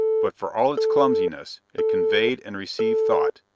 but for all its clumsiness, it conveyed and received thought,